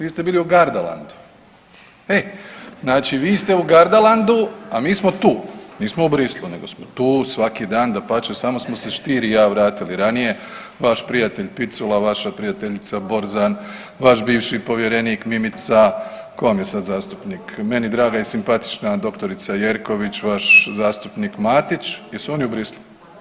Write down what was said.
Vi ste bili u Gardalandu e, znači vi ste u Gardalandu, a mi smo tu, nismo u Bruxellesu nego smo tu svaki dan, dapače, samo smo ste Stier i ja vratili ranije, vaš prijatelj Picula, vaša prijateljica Borzan, vaš bivši povjerenik Mimica, ko vam je sad zastupnik, meni draga i simpatična dr. Jerković, vaš zastupnik Matić jesu oni u Bruxellesu?